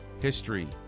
history